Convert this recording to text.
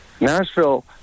Nashville